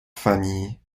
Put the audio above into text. familles